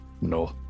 No